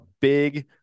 big